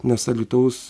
nes alytaus